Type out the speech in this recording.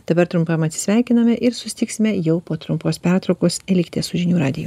dabar trumpam atsisveikiname ir susitiksime jau po trumpos pertraukos likite su žinių radiju